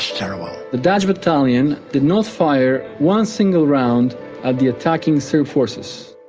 terrible. the dutch battalion did not fire one single round at the attacking serb forces.